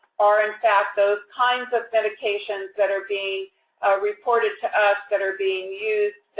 are in fact those kinds of medications that are being reported to us that are being used,